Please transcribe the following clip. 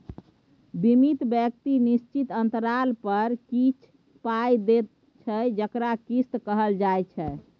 बीमित व्यक्ति निश्चित अंतराल पर किछ पाइ दैत छै जकरा किस्त कहल जाइ छै